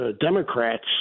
Democrats